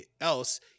else